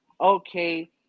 Okay